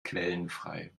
quellenfrei